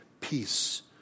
Peace